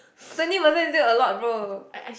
twenty percent still a lot bro